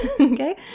okay